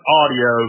audio